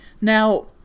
Now